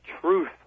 truth